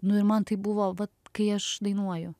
nu ir man taip buvo vat kai aš dainuoju